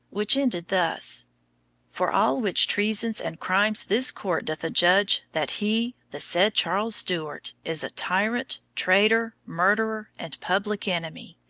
which ended thus for all which treasons and crimes this court doth adjudge that he, the said charles stuart, is a tyrant, traitor, murderer, and public enemy,